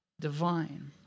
Divine